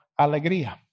alegría